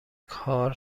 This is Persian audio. کار